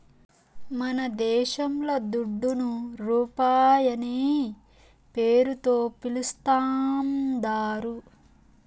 మనదేశంల దుడ్డును రూపాయనే పేరుతో పిలుస్తాందారు